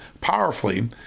powerfully